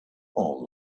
all